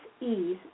ease